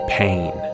pain